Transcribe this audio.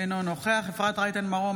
אינו נוכח אפרת רייטן מרום,